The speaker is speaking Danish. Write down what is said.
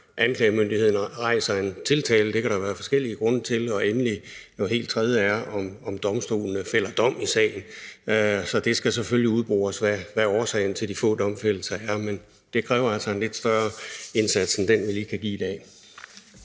anklagemyndigheden rejser en tiltale – det kan der være forskellige grunde til – og at noget helt tredje er, om domstolene fælder dom i sagen. Så det skal selvfølgelig udbores, hvad årsagen til de få domfældelser er, men det kræver altså en lidt større indsats end den, vi lige kan give i dag.